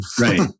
Right